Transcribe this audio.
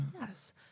Yes